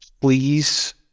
please